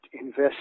invest